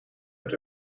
het